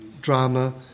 drama